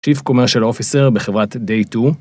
chief commercial officer בחברת דיי טו